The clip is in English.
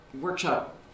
workshop